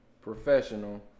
professional